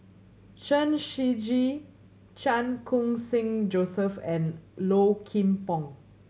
Chen Shiji Chan Khun Sing Joseph and Low Kim Pong